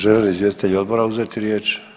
Žele li izvjestitelji odbora uzeti riječ?